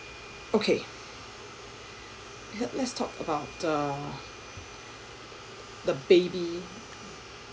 okay let's let's talk about the baby